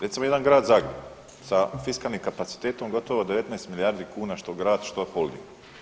Recimo jedan Grad Zagreb sa fiskalnim kapacitetom gotovo 19 milijardi kuna što grad što holding.